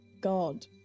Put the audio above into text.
god